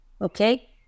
okay